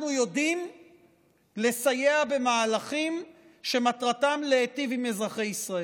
אנחנו יודעים לסייע במהלכים שמטרתם להיטיב עם אזרחי ישראל.